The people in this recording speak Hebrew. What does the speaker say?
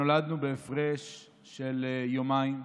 נולדנו בהפרש של יומיים,